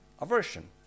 Aversion